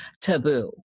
taboo